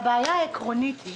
הבעיה העקרונית היא